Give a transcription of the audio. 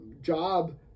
job